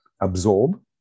absorb